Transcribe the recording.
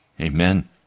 Amen